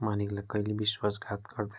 मालिकलाई कहिल्यै विश्वासघात गर्दैन